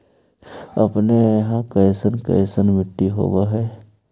अपने यहाँ कैसन कैसन मिट्टी होब है?